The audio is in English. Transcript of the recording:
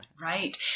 Right